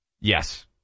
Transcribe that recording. Yes